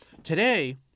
Today